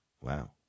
Wow